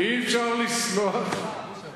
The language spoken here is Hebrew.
תאמין לי.